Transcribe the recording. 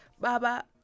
Baba